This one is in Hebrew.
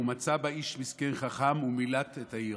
ומצא בה איש מסכן חכם ומילט את העיר.